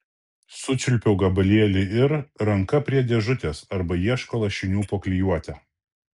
sučiulpiau gabalėlį ir ranka prie dėžutės arba ieško lašinių po klijuotę